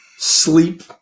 Sleep